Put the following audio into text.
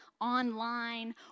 online